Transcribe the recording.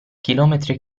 chilometri